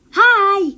hi